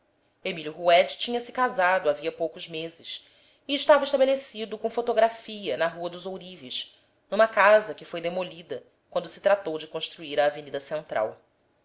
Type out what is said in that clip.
roude tinha se casado havia poucos meses e estava estabelecido com fotografia na rua dos ourives numa casa que foi demolida quando se tratou de construir a avenida central